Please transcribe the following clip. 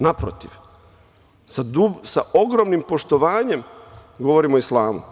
Naprotiv, sa ogromnim poštovanjem govorim o islamu.